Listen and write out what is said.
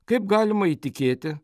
kaip galima įtikėti